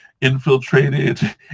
infiltrated